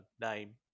name